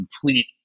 complete